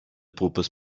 propose